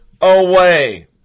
away